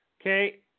Okay